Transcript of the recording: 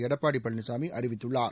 எடப்பாடி பழனிசாமி அறிவித்துள்ளார்